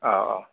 औ औ